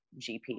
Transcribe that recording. GP